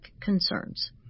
concerns